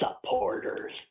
supporters